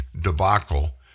debacle